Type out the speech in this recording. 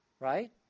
Right